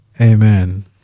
Amen